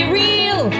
real